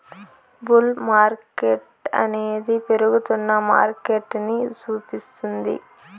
bull మార్కెట్టనేది పెరుగుతున్న మార్కెటని సూపిస్తుంది